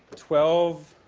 twelve.